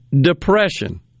depression